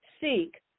seek